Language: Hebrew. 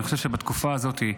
אני חושב שבתקופה הזאת,